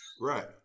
Right